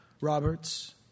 Roberts